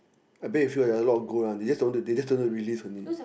I bet with you like a lot of gold one they just don't they just don't to release only